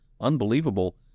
unbelievable